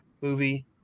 Movie